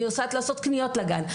אני נוסעת לעשות קניות לגן,